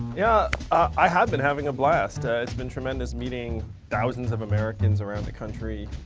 yeah. i had been having a blast. it's been tremendous meeting thousands of americans around the country.